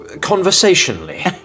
conversationally